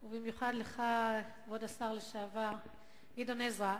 ובמיוחד לך, כבוד השר לשעבר גדעון עזרא.